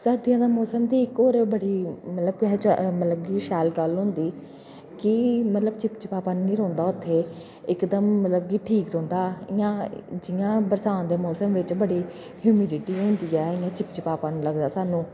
सरदियां दा मौसम ते इक होर बड़ी मतलब पैह मतलब कि शैल गल्ल होंदी कि मतलब चिपचिपापन निं रौंह्दा उत्थै इक ते मतलब कि ठीक रौंह्दा इ'यां जि'यां बरसांत दे मौसम बिच बड़ी ह्यूमिडिटी होंदी ऐ इ'यां चिपचिपापन लगदा स्हानूं